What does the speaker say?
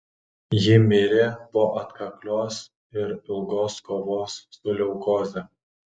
ji mirė po atkaklios ir ilgos kovos su leukoze